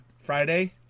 Friday